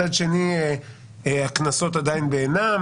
מצד שני הקנסות עדיין בעינם,